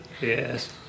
Yes